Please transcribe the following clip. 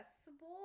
accessible